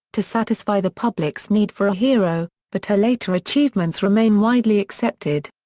to satisfy the public's need for a hero, but her later achievements remain widely accepted.